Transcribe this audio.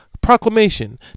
proclamation